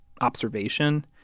observation